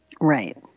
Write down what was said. right